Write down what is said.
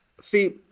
See